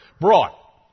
brought